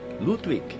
Ludwig